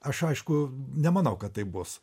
aš aišku nemanau kad taip bus